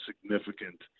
significant